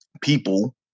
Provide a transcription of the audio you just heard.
people